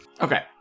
Okay